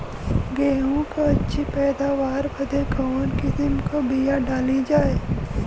गेहूँ क अच्छी पैदावार बदे कवन किसीम क बिया डाली जाये?